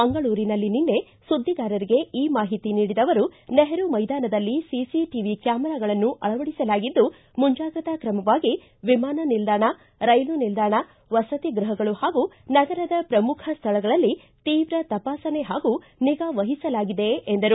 ಮಂಗಳೂರಿನಲ್ಲಿ ನಿನ್ನೆ ಸುದ್ದಿಗಾರರಿಗೆ ಈ ಮಾಹಿತಿ ನೀಡಿದ ಅವರು ನೆಹರು ಮೈದಾನದಲ್ಲಿ ಸಿಸಿಟಿಐ ಕ್ಕಾಮರಾಗಳನ್ನು ಅಳವಡಿಸಲಾಗಿದ್ದು ಮುಂಜಾಗ್ರತಾ ಕ್ರಮವಾಗಿ ವಿಮಾನ ನಿಲ್ದಾಣ ರೈಲು ನಿಲ್ದಾಣ ವಸತಿ ಗೃಪಗಳು ಹಾಗೂ ನಗರದ ಪ್ರಮುಖ ಸ್ಥಳಗಳಲ್ಲಿ ತೀವ್ರ ತವಾಸಣೆ ಹಾಗೂ ನಿಗಾ ವಹಿಸಲಾಗಿದೆ ಎಂದರು